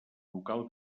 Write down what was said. local